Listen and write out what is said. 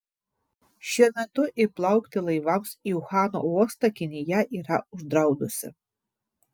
šiuo metu įplaukti laivams į uhano uostą kinija yra uždraudusi